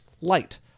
light